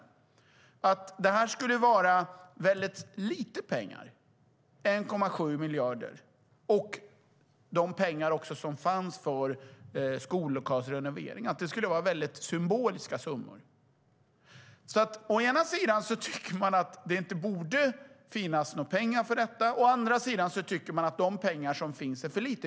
De 1,7 miljarderna och pengarna till skollokalsrenovering skulle, enligt Mats Green, vara små symboliska summor. Å ena sidan tycker ni att det inte borde finnas några pengar till detta, å andra sidan tycker ni att det finns för lite pengar.